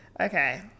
okay